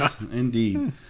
indeed